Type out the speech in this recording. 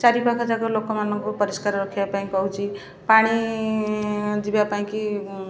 ଚାରିପାଖ ଯାକ ଲୋକମାନଙ୍କୁ ପରିଷ୍କାର ରଖିବା ପାଇଁ କହୁଛି ପାଣି ଯିବା ପାଇଁ କି